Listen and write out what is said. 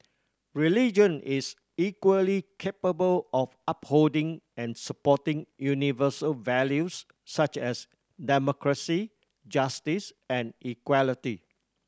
religion is equally capable of upholding and supporting universal values such as democracy justice and equality